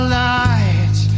light